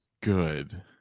good